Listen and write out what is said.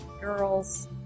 Girls